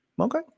Okay